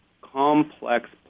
complex